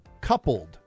coupled